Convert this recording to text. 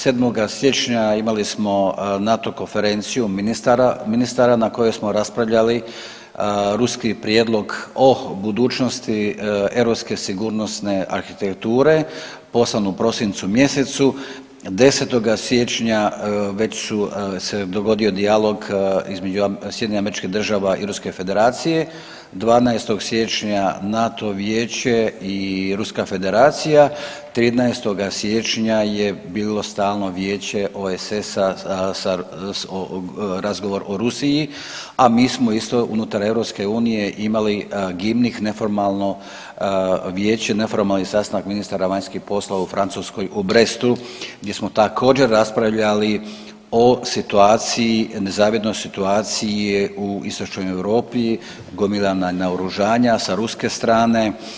7. siječnja imali smo NATO konferenciju ministara na kojoj smo raspravljali ruski prijedlog o budućnosti europske sigurnosne arhitekture, posebno u prosincu mjesecu, 10. siječnja već su se dogodio dijalog između SAD-a i Ruske Federacije, 12. siječnja NATO vijeće i Ruska federacija, 13. siječnja je bilo stalno vijeće OESS-a sa, razgovor o Rusiji a mi smo isto unutar EU imali …/nerazumljivo/… neformalno vijeće, neformalni sastanak ministara vanjskih poslova u Francuskoj u Brestu gdje smo također raspravljali o situaciji, nezavidnoj situaciji u Istočnoj Europi, gomilana naoružanja sa ruske strane.